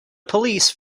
police